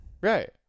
Right